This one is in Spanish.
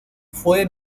fue